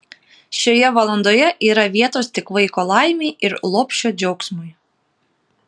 šioje valandoje yra vietos tik vaiko laimei ir lopšio džiaugsmui